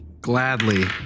Gladly